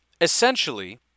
Essentially